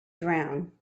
drowned